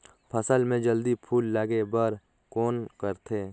फसल मे जल्दी फूल लगे बर कौन करथे?